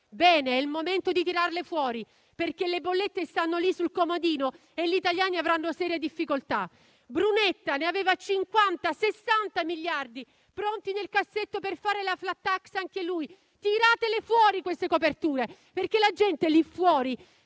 Bene, è il momento di tirarle fuori, perché le bollette stanno lì sul comodino e gli italiani avranno serie difficoltà. Brunetta, anche lui, aveva 50-60 miliardi pronti nel cassetto per fare la *flat tax*: tiratele fuori queste coperture, perché la gente lì fuori